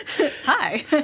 Hi